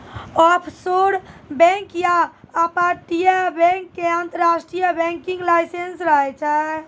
offshore bank या अपतटीय bank के अंतरराष्ट्रीय बैंकिंग लाइसेंस रहै छै